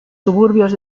suburbios